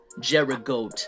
Jericho